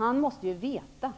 Han måste ju veta